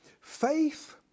Faith